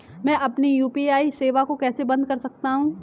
मैं अपनी यू.पी.आई सेवा को कैसे बंद कर सकता हूँ?